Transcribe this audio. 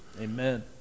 Amen